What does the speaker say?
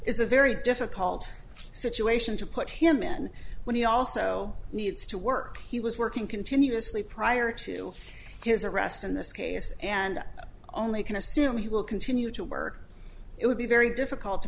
is a very difficult situation to put him in when he also needs to work he was working continuously prior to his arrest in this case and i only can assume he will continue to work it would be very difficult to